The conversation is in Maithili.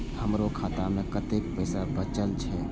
हमरो खाता में कतेक पैसा बचल छे?